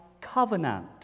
covenant